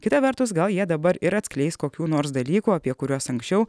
kita vertus gal jie dabar ir atskleis kokių nors dalykų apie kuriuos anksčiau